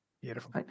Beautiful